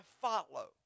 follow